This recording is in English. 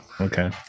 okay